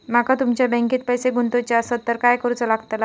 माका तुमच्या बँकेत पैसे गुंतवूचे आसत तर काय कारुचा लगतला?